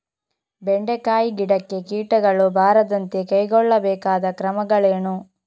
ಬೆಂಡೆಕಾಯಿ ಗಿಡಕ್ಕೆ ಕೀಟಗಳು ಬಾರದಂತೆ ಕೈಗೊಳ್ಳಬೇಕಾದ ಕ್ರಮಗಳೇನು?